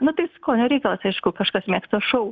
na tai skonio reikalas aišku kažkas mėgsta šoud